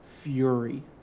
Fury